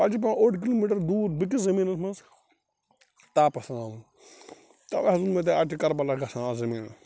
پتہٕ چھُ پیٚوان اوٚڈ کِلو میٖٹر دوٗر بیٚیِس زمیٖنس منٛز تاپس ترٛاوُن تَوے حظ ووٚن مےٚ اتہِ چھُ کربلا گژھان اتھ زمیٖنس